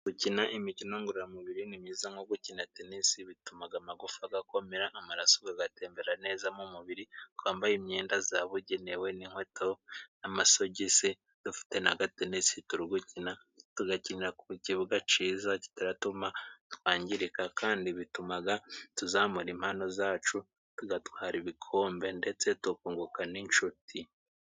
Gukina imikino ngororamubiri ni myiza nko gukina tenisi bitumaga amagufa gakomera, amaraso gagatembera neza mu mubiri, twambaye imyenda zabugenewe n'inkweto n'amasogisi, dufite n'akatenesi turi gukina, tugakinira ku kibuga ciza kitaratuma twangirika kandi bitumaga tuzamura impano zacu, tugatwara ibikombe ndetse tukunguka n'inshuti.